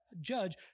judge